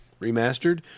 remastered